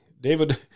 David